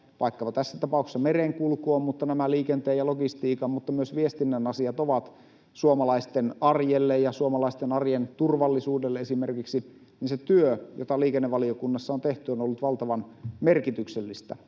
vaikkapa tässä tapauksessa merenkulku ja nämä liikenteen ja logistiikan mutta myös viestinnän asiat ovat esimerkiksi suomalaisten arjelle ja suomalaisten arjen turvallisuudelle, niin se työ, jota liikennevaliokunnassa on tehty, on ollut valtavan merkityksellistä.